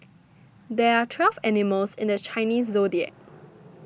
there are twelve animals in the Chinese zodiac